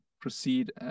proceed